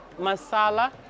masala